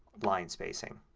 line spacing.